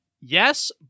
Yes